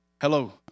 Hello